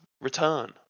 return